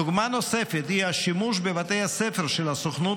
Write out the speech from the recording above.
דוגמה נוספת היא השימוש בבתי הספר של הסוכנות